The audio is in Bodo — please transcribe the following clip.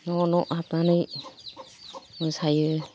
न' न' हाबनानै मोसायो